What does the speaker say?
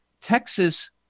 Texas